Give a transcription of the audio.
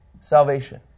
salvation